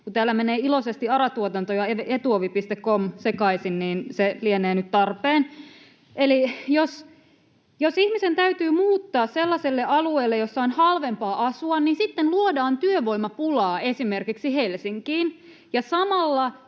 kun täällä menevät iloisesti ARA-tuotanto ja Etuovi.com sekaisin, niin se lienee nyt tarpeen. Eli jos ihmisen täytyy muuttaa sellaiselle alueelle, jolla on halvempaa asua, niin sitten luodaan työvoimapulaa esimerkiksi Helsinkiin ja samalla